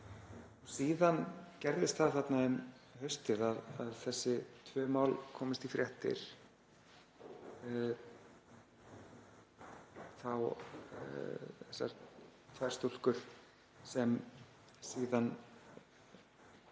Síðan gerðist það þarna um haustið að þessi tvö mál komust í fréttir, þá þessar tvær stúlkur sem síðan